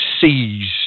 seize